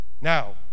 Now